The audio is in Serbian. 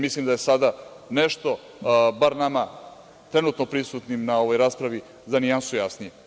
Mislim da je sada nešto, bar nama trenutno prisutnima na ovoj raspravi, za nijansu jasnije.